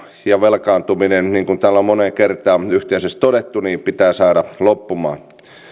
ja velkaantuminen niin kuin täällä on moneen kertaan yhteisesti todettu pitää saada loppumaan